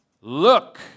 look